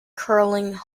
curling